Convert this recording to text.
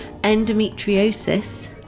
Endometriosis